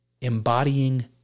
embodying